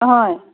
হয়